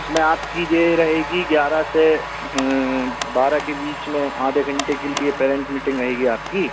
इसमें आपकी ये रहेगी ग्यारह से बारह के बीच में आधे घंटे के लिए पैरेंट मीटिंग रहेगी आपकी